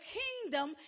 kingdom